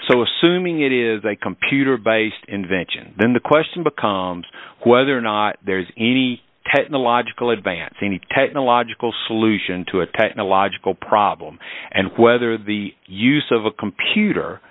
so assuming it is a computer based invention then the question becomes whether or not there is any technological advance any technological solution to a technological problem and whether the use of a computer